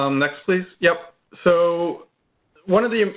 um next, please. yes. so one of the,